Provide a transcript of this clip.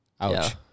Ouch